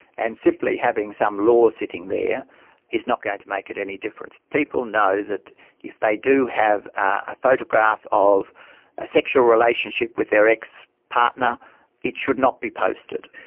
and simply having some law sitting there is not going to make it any different. people know that if they do have a photograph of a sexual relationship with their ex-partner, it should not be posted.